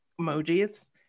emojis